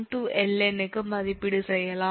𝐿𝑁 க்கு மதிப்பீடு செய்யலாம்